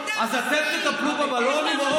אז אתם תטפלו בבלונים?